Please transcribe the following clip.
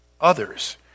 others